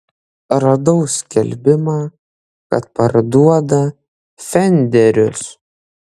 radau skelbimą kad parduoda fenderius